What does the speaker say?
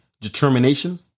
determination